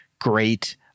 great